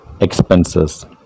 expenses